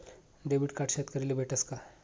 Debit card शेतकरीले भेटस का?